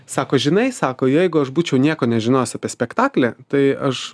sako žinai sako jeigu aš būčiau nieko nežinojęs apie spektaklį tai aš